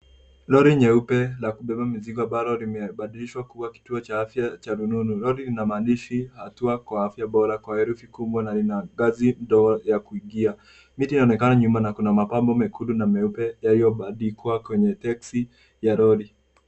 Lori nyeupe la kubeba mizigo ambalo limebadilishwa kuwa kituo cha afya cha rununu. Lori lina maandishi Hatua kwa Afya Bora kwa herufi kubwa na lina ngazi ndogo ya kuingia. Miti inaonekana nyuma na kuna mapambo mekundu na meupe yaliyobandikwa kwenye texi ya lori.